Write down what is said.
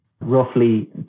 roughly